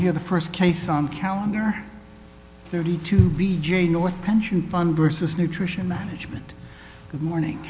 hear the first case on calendar thirty two b j north pension fund versus nutrition management good morning